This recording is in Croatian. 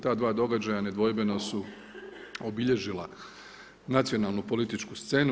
Ta dva događaja nedvojbeno su obilježila nacionalnu političku scenu.